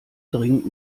dringend